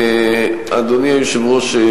אדוני היושב-ראש,